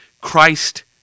Christ